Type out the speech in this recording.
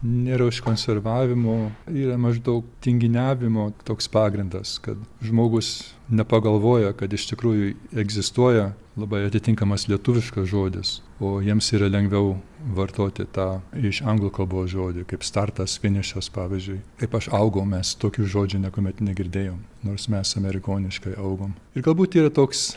nėra užkonservavimo yra maždaug tinginiavimo toks pagrindas kad žmogus nepagalvoja kad iš tikrųjų egzistuoja labai atitinkamas lietuviškas žodis o jiems yra lengviau vartoti tą iš anglų kalbos žodį kaip startas finišas pavyzdžiui kaip aš augau mes tokių žodžių niekuomet negirdėjom nors mes amerikoniškai augom ir galbūt yra toks